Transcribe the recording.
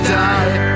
die